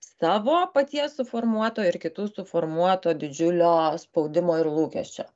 savo paties suformuoto ir kitų suformuoto didžiulio spaudimo ir lūkesčio